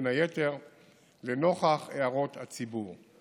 בין היתר לנוכח הערות הציבור.